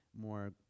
more